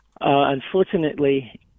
Unfortunately